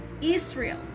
Israel